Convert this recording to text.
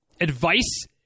advice